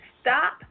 Stop